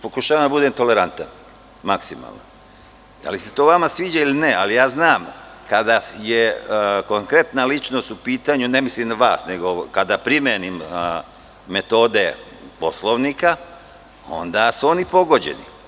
Pokušavam da budem tolerantan maksimalno, bilo da se to vama sviđa ili ne, ali ja znam da kada je konkretna ličnost u pitanju, ne mislim na vas, kada primenim metode Poslovnika, onda su oni povređeni.